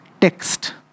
Text